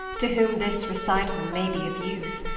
to whom this recital may be of use,